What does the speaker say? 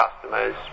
customers